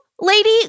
lady